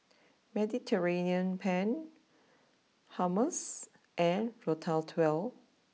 Mediterranean Penne Hummus and Ratatouille